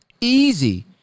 Easy